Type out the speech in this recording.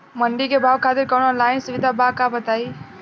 मंडी के भाव खातिर कवनो ऑनलाइन सुविधा बा का बताई?